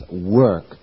work